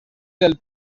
del